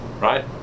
Right